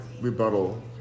rebuttal